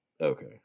Okay